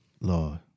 Lord